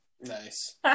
nice